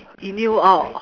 inhale out